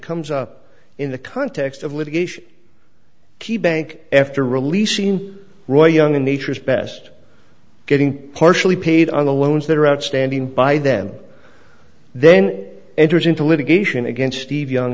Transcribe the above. comes up in the context of litigation key bank after releasing roy young in nature's best getting partially paid on the loans that are outstanding by them then it enters into litigation against steve young